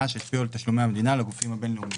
שהשפיעו על תשלומי המדינה לגופים הבין-לאומיים.